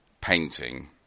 painting